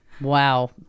wow